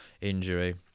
injury